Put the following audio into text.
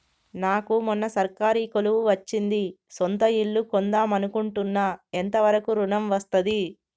నాకు మొన్న సర్కారీ కొలువు వచ్చింది సొంత ఇల్లు కొన్దాం అనుకుంటున్నా ఎంత వరకు ఋణం వస్తది?